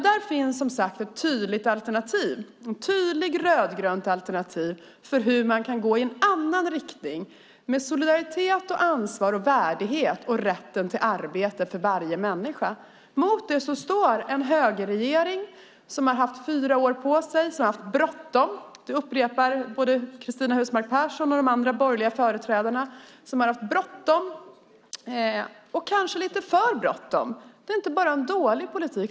Där finns ett tydligt rödgrönt alternativ för hur man kan gå i en annan riktning med solidaritet, ansvar och värdighet och rätten till arbete för varje människa. Mot det står en högerregering som har haft fyra år på sig men som har haft bråttom. Både Cristina Husmark Pehrsson och de andra borgerliga företrädarna har haft bråttom, och kanske lite för bråttom. Det är inte bara en dålig politik.